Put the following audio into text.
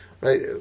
right